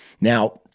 Now